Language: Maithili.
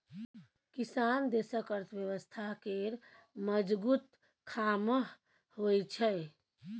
किसान देशक अर्थव्यवस्था केर मजगुत खाम्ह होइ छै